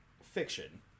Fiction